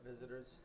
visitors